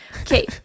Okay